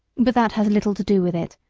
but that has little to do with it.